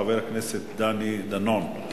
חבר הכנסת דני דנון.